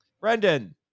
Brendan